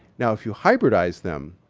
now, if you hybridize them,